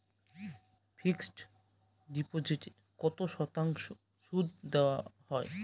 Fixed ডিপোজিটে কত শতাংশ সুদ দেওয়া হয়?